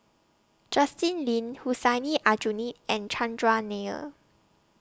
Justin Lean Hussein Aljunied and Chandran Nair